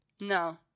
no